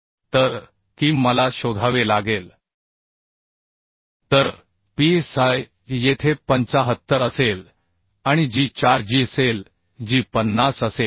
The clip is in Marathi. तर की मला शोधावे लागेल तर psi येथे 75 असेल आणि जी 4 gअसेल जी 50 असेल